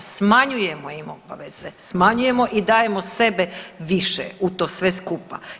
Smanjujemo im obaveze, smanjujemo i dajemo sebe više u to sve skupa.